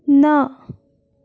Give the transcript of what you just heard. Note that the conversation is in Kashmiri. نہَ